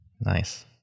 Nice